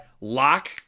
lock